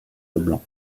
leblanc